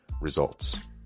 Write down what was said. Results